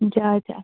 جاے تہِ اصٕل